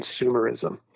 consumerism